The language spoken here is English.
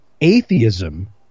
atheism